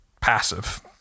passive